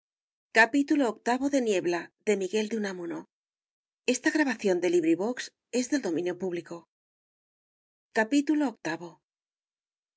don miguel de unamuno aparte de